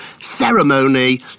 ceremony